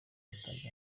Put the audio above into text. batanze